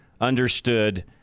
understood